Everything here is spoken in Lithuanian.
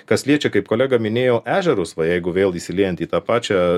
kas liečia kaip kolega minėjo ežerus va jeigu vėl įsiliejant į tą pačią